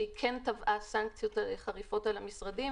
שהיא כן תבעה סנקציות חריפות על המשרדים